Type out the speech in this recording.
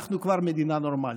אנחנו כבר מדינה נורמלית.